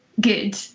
good